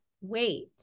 Wait